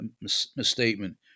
misstatement